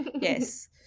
yes